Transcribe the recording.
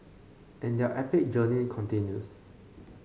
and their epic journey continues